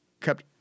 kept